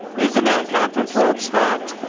is a non-conference road spot.